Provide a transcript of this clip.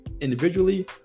individually